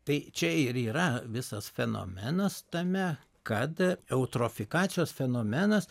tai čia ir yra visas fenomenas tame kad eutrofikacijos fenomenas